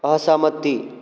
असहमति